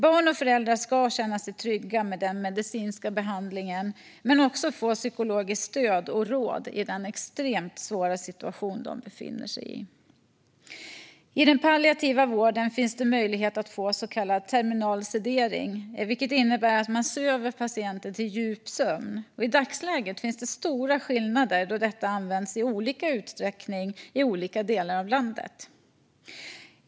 Barn och föräldrar ska känna sig trygga med den medicinska behandlingen men också få psykologiskt stöd och råd i den extremt svåra situation de befinner sig i. I den palliativa vården finns det möjlighet att få så kallad terminal sedering, vilket innebär att man söver patienten till djup sömn. I dagsläget finns det stora skillnader då detta används i olika utsträckning i olika delar av landet.